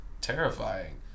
terrifying